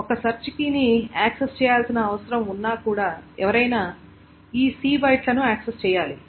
ఒక సెర్చ్ కీని యాక్సెస్ చేయాల్సిన అవసరం ఉన్నా కూడా ఎవరైనా ఈ C బైట్లను యాక్సెస్ చేయాలి